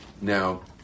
Now